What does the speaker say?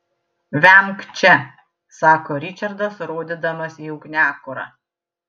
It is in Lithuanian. vemk čia sako ričardas rodydamas į ugniakurą